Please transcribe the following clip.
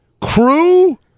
Crew